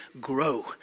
grow